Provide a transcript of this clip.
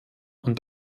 und